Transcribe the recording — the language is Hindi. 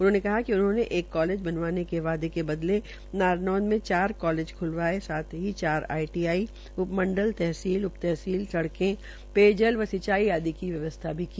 उन्होंने कहा कि उन्होंने एक कालेज बनवाने के वायदे के बदले में नौरनौंद में चार कालेज खूलवायें साथ ही आईटीआई उपमंडल तहसील उपतहसील सड़क पेयजल व सिंचाई आदि की व्यवस्था की